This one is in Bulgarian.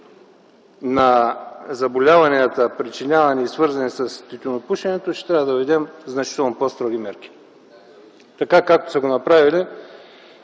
на заболяванията, причинявани и свързвани с тютюнопушенето, ще трябва да въведем значително по-строги мерки. Така, както са го направили